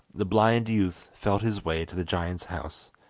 the blind youth felt his way to the giant's house,